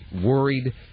worried